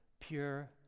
pure